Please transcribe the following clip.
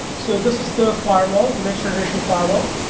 so this is the firewall, the next generation firewall.